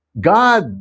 God